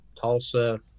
Tulsa